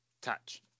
touch